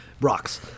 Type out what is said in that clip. Rocks